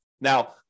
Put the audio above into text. Now